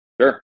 sure